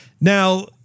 now